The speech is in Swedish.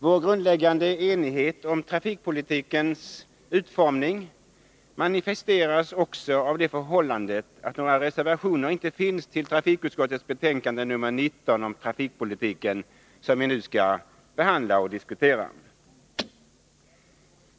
Vår grundläggande enighet om trafikpolitikens utformning manifesteras också av det förhållandet att några reservationer inte finns till trafikutskottets betänkande nr 19 om trafikpolitiken, som vi nu skall behandla och diskutera.